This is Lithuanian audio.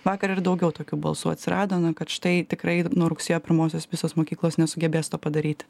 vakar ir daugiau tokių balsų atsirado na kad štai tikrai nuo rugsėjo pirmosios visos mokyklos nesugebės to padaryti